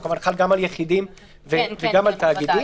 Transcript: זה כמובן חל גם על יחידים וגם על תאגידים.